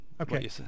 okay